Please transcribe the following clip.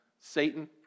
Satan